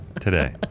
Today